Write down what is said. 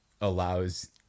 allows